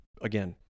again